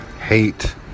Hate